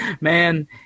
Man